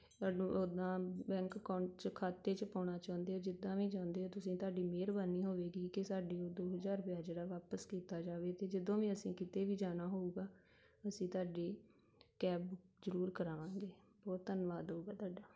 ਸਾਨੂੰ ਉੱਦਾਂ bank account 'ਚ ਖਾਤੇ 'ਚ ਪਾਉਣਾ ਚਾਹੁੰਦੇ ਹੋ ਜਿੱਦਾਂ ਵੀ ਚਾਹੁੰਦੇ ਹੋ ਤੁਸੀਂ ਤੁਹਾਡੀ ਮਿਹਰਬਾਨੀ ਹੋਵੇਗੀ ਕਿ ਸਾਡੀ ਉਹ ਦੋ ਹਜ਼ਾਰ ਰੁਪਇਆ ਜਿਹੜਾ ਵਾਪਿਸ ਕੀਤਾ ਜਾਵੇ ਅਤੇ ਜਦੋਂ ਵੀ ਅਸੀਂ ਕਿਤੇ ਵੀ ਜਾਣਾ ਹੋਊਗਾ ਅਸੀਂ ਤੁਹਾਡੀ ਕੈਬ ਜ਼ਰੂਰ ਕਰਾਵਾਂਗੇ ਬਹੁਤ ਧੰਨਵਾਦ ਹੋਊਗਾ ਤੁਹਾਡਾ